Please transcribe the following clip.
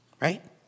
right